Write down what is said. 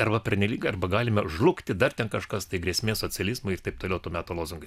arba pernelyg arba galime žlugti dar ten kažkas tai grėsmė socializmui ir taip toliau to meto lozungais